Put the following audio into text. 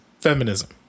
Feminism